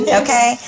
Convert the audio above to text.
okay